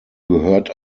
gehört